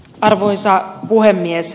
arvoisa puhemies